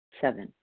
Seven